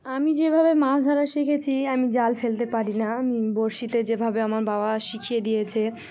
আমি যেভাবে মাছ ধরা শিখেছি আমি জাল ফেলতে পারি না আমি বঁড়শীতে যেভাবে আমার বাবা শিখিয়ে দিয়েছে